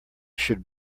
should